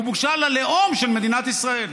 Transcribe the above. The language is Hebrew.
הוא בושה ללאום של מדינת ישראל.